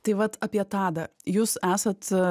tai vat apie tadą jūs esat